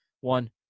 one